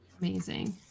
Amazing